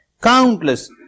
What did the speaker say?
Countless